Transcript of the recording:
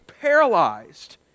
paralyzed